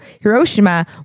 Hiroshima